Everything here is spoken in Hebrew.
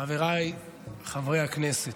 חבריי חברי הכנסת,